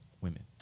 women